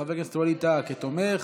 את חבר הכנסת ווליד טאהא כתומך.